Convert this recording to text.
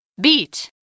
Beat